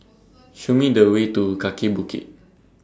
Show Me The Way to Kaki Bukit